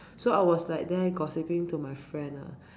so I was like there gossiping to my friend lah